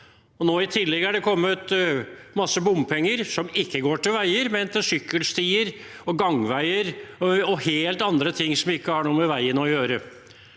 er det kommet en masse bompenger som ikke går til veier, men til sykkelstier, gangveier og helt andre ting som ikke har noe med veien å gjøre.